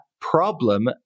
problem